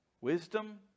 wisdom